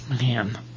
Man